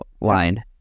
line